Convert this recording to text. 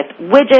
widgets